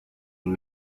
and